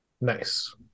Nice